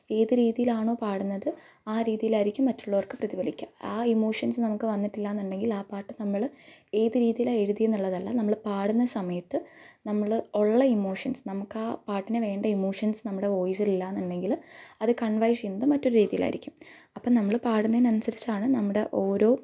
ഏത് രീതിയിലാണോ പാടുന്നത് ആ രീതിയിലായിരിക്കും മറ്റുള്ളവർക്ക് പ്രതിഭലിക്കുക ആ ഇമോഷൻസ് നമുക്ക് വന്നിട്ടില്ല എന്നുണ്ടെങ്കിൽ ആ പാട്ട് നമ്മൾ ഏത് രീതിയിലാണ് എഴുതിയത് എന്നുള്ളതല്ല നമ്മൾ പാടുന്ന സമയത്ത് നമ്മൾ ഉള്ള ഇമോഷൻസ് നമുക്കാ പാട്ടിന് വേണ്ട ഇമോഷൻസ് നമ്മുടെ വോയ്സിൽ ഇല്ല എന്നുണ്ടെങ്കിൽ അത് കൺവേ ചെയ്യുന്നത് മറ്റൊരു രീതിയിലായിരിക്കും അപ്പം നമ്മൾ പാടുന്നതിനനുസരിച്ചാണ് നമ്മുടെ ഓരോ